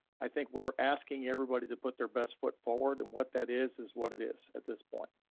i think we're asking everybody to put their best foot forward and what that is is what it is at this point.